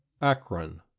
Akron